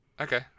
Okay